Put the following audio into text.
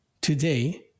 today